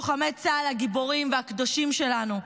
לוחמי צה"ל הגיבורים והקדושים שלנו,